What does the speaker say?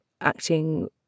acting